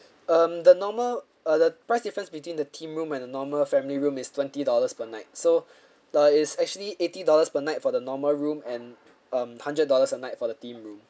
um the normal uh the price difference between the themed room and the normal family room is twenty dollars per night so uh it's actually eighty dollars per night for the normal room and um hundred dollars a night for the themed room